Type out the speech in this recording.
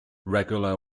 regular